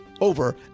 over